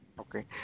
Okay